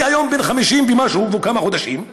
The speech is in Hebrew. אני היום בן 50 ומשהו, וכמה חודשים,